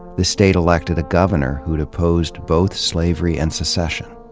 the state elected a governor who'd opposed both slavery and secession.